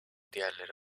diğerleri